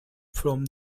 from